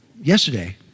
yesterday